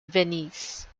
venice